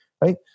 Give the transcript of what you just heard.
right